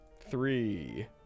Three